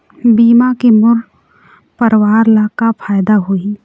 बीमा के मोर परवार ला का फायदा होही?